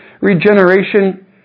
regeneration